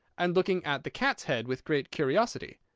and looking at the cat's head with great curiosity.